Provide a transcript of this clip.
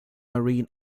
marine